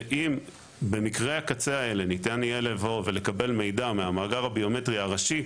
שאם במקרי הקצה האלה ניתן יהיה לבוא ולקבל מידע מהמאגר הביומטרי הראשי,